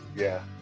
yeah.